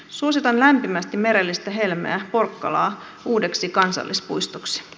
suositan lämpimästi merellistä helmeä porkkalaa uudeksi kansallispuistoksi